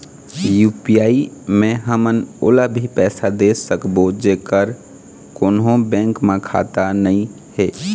UPI मे हमन ओला भी पैसा दे सकबो जेकर कोन्हो बैंक म खाता नई हे?